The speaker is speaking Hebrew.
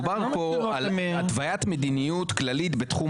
מדובר פה על התוויית מדיניות כללית בתחום